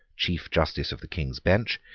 chief justice of the king's bench,